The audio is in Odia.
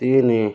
ତିନି